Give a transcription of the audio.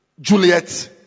Juliet